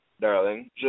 Darling